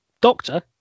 doctor